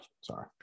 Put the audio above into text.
Sorry